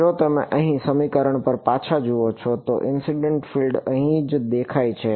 જો તમે અહીં સમીકરણ પર પાછા જુઓ છો તો ઇનસિડન્ટ ફિલ્ડ અહીં જ દેખાય છે